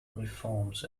reforms